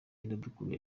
iradukunda